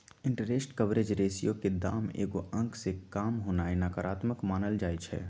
interest coverage ratio के दाम एगो अंक से काम होनाइ नकारात्मक मानल जाइ छइ